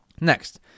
Next